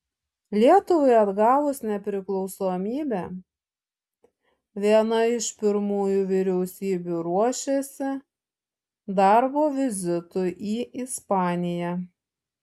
lietuvai atgavus nepriklausomybę viena iš pirmųjų vyriausybių ruošėsi darbo vizitui į ispaniją